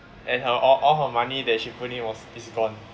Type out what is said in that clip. and her all her money that she put in was is gone